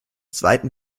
zweiten